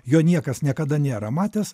jo niekas niekada nėra matęs